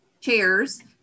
chairs